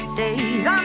days